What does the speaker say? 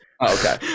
Okay